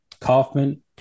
Kaufman